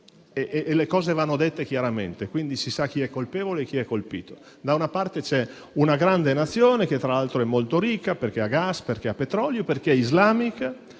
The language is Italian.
e le cose vanno dette chiaramente. Si sa chi è colpevole e chi è colpito. Da una parte c'è una grande Nazione, che tra l'altro è molto ricca, perché ha gas, ha petrolio ed è islamica;